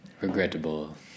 Regrettable